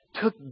took